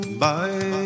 Bye